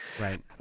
right